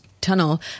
Tunnel